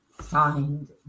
signed